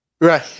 Right